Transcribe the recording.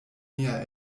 mia